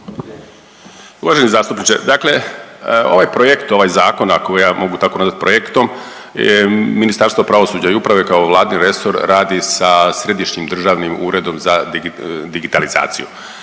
Uvaženi zastupniče, dakle ovaj projekt, ovaj zakon ako ja mogu tako nazvat projektom, Ministarstvo pravosuđa i uprave kao Vladin resor radi sa Središnjim državnim uredom za digitalizaciju